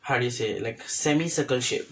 how do you say like semi circle shape